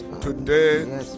today